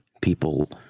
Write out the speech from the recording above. people